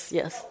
yes